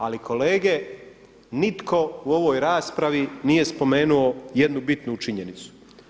Ali kolege nitko u ovoj raspravi nije spomenuo jednu bitnu činjenicu.